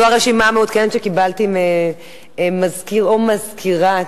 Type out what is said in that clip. זו הרשימה המעודכנת שקיבלתי ממזכיר, או מזכירת,